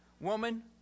woman